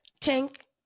tank